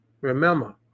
Remember